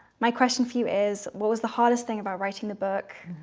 my question for you is what was the hardest thing about writing the book?